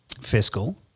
fiscal